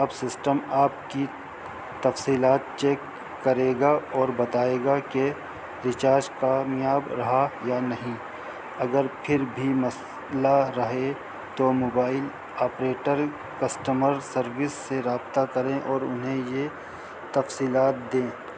اب سسٹم آپ کی تفصیلات چیک کرے گا اور بتائے گا کہ ریچارج کامیاب رہا یا نہیں اگر پھر بھی مسئلہ رہے تو موبائل آپریٹر کسٹمر سروس سے رابطہ کریں اور انہیں یہ تفصیلات دیں